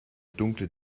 dunkle